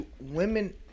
women